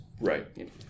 Right